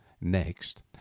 Next